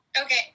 Okay